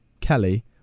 Kelly